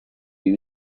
you